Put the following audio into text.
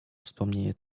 wspomnienie